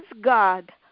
God